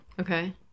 Okay